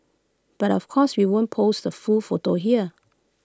but of course we won't post the full photo here